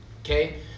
Okay